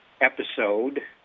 episode